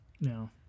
No